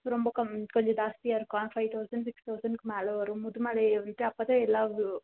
ரொம்ப கம்மி கொஞ்சம் ஜாஸ்தியாக இருக்கும் ஃபைவ் தௌசண்ட் சிக்ஸ் தௌசண்க்கு மேலே வரும் முதுமலையை விட்டு அப்போ தான் எல்லா